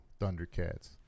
Thundercats